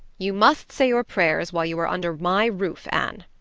you must say your prayers while you are under my roof, anne.